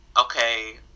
okay